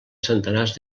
centenars